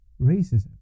racism